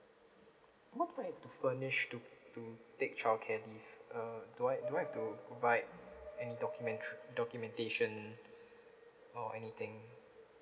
what do I need to furnish to take childcare uh do I do I have to provide any documentary documentation or anything